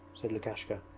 said lukashka,